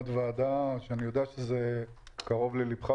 אם בגלל שמן על הכביש,